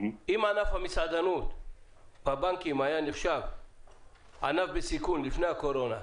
אם ענף המסעדנות היה נחשב בבנקים ענף בסיכון לפני הקורונה,